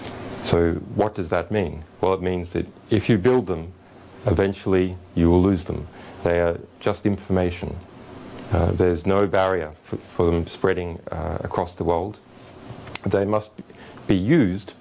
so what does that mean well it means that if you build them eventually you will lose them they are just information there is no barrier for them spreading across the world they must be used